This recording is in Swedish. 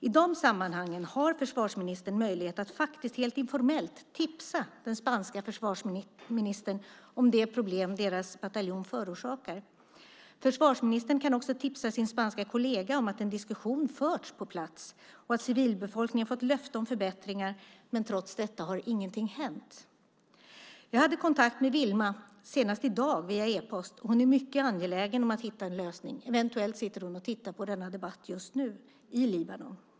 I de sammanhangen har försvarsministern möjlighet att faktiskt, helt informellt, tipsa den spanska försvarsministern om de problem deras bataljon förorsakar. Försvarsministern kan också tipsa sin spanska kollega om att en diskussion förts på plats och att civilbefolkningen fått löfte om förbättringar men att ingenting hänt trots detta. Jag hade kontakt med Wielma senast i dag via e-post. Hon är mycket angelägen om att hitta en lösning. Eventuellt sitter hon i Libanon och tittar på denna debatt just nu.